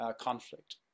conflict